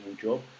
job